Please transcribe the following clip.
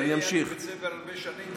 אני ניהלתי בית ספר הרבה שנים,